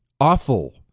awful